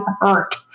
hurt